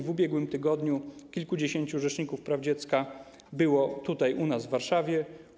W ubiegłym tygodniu kilkudziesięciu rzeczników praw dziecka było tutaj, u nas, w Warszawie.